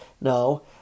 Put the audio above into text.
No